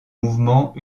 mouvement